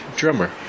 drummer